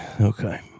Okay